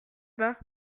bas